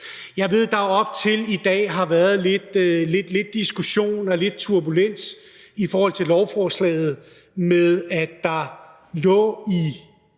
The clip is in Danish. Jeg ved, at der op til i dag har været lidt diskussion og lidt turbulens i forhold til lovforslaget, ved at der i